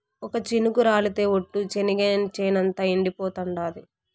ఒక్క చినుకు రాలితె ఒట్టు, చెనిగ చేనంతా ఎండిపోతాండాది